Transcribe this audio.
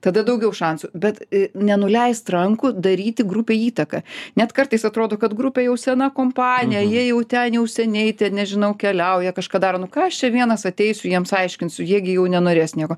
tada daugiau šansų bet nenuleist rankų daryti grupėj įtaką net kartais atrodo kad grupė jau sena kompanija jie jau ten jau seniai ten nežinau keliauja kažką daro nu ką aš čia vienas ateisiu jiems aiškinsiu jie gi jau nenorės nieko